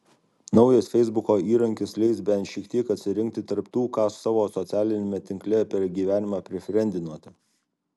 naujas feisbuko įrankis leis bent šiek tiek atsirinkti tarp tų ką savo socialiniame tinkle per gyvenimą prifriendinote